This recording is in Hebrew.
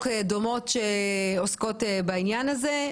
דומות שעוסקות בעניין הזה.